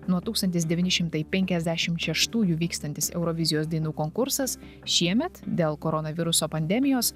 nuo tūkstantis devyni šimtai penkiasdešimt šeštųjų vykstantis eurovizijos dainų konkursas šiemet dėl koronaviruso pandemijos